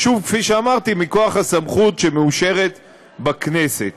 שוב, כפי שאמרתי, מכוח הסמכות שמאושרת בכנסת.